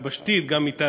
גם מתחבורה יבשתית,